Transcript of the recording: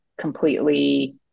completely